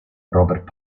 robert